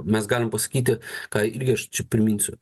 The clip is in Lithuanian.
mes galim pasakyti ką irgi aš čia priminsiu